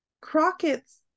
Crockett's